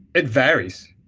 it varies,